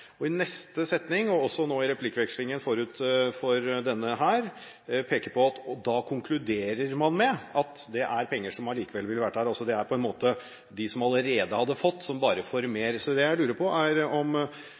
Og i neste setning, og også nå i replikkvekslingen forut for denne, konkluderte hun med at det er penger som allikevel ville vært der – det er på en måte de som allerede hadde fått, som bare får mer. Det jeg lurer på, er om